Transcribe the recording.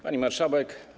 Pani Marszałek!